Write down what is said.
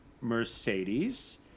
Mercedes